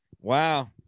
Wow